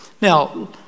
Now